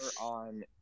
on